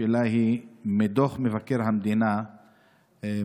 השאלה היא: מדוח מבקר המדינה 72א,